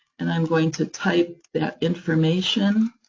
and i'm going to type that information,